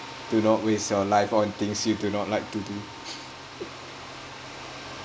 to not waste your life on things you do not like to do